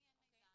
לי אין מידע,